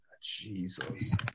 Jesus